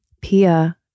Pia